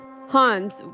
Hans